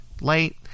late